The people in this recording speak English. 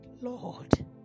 Lord